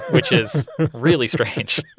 which is really strange.